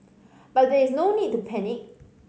but there is no need to panic